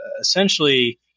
essentially